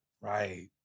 right